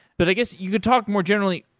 but i guess you could talk more, generally,